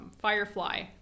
Firefly